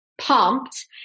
pumped